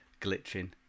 glitching